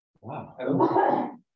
Wow